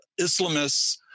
Islamists